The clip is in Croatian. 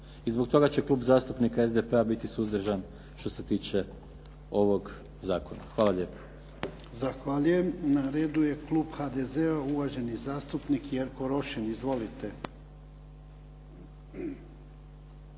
I zbog toga će Klub zastupnika SDP-a biti suzdržan što se tiče ovog zakona. Hvala lijepa.